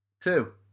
Two